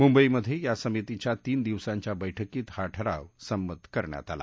मुंबईमध्ये या समितीच्या तीन दिवसांच्या बैठकीत हा ठराव संमत करण्यात आला